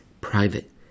private